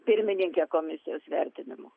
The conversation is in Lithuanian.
pirmininkę komisijos vertinimo